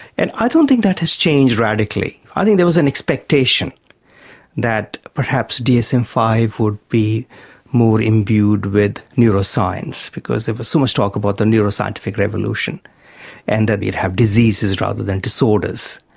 and i don't think that has changed radically. i think there was an expectation that perhaps dsm five would be more imbued with neuroscience, because there was so much talk about the neuroscientific revolution and that you'd have diseases rather than disorders.